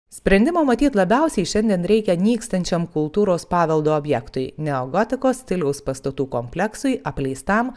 sprendimo matyt labiausiai šiandien reikia nykstančiam kultūros paveldo objektui neogotikos stiliaus pastatų kompleksui apleistam